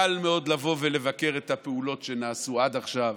קל מאוד לבוא ולבקר את הפעולות שנעשו עד עכשיו,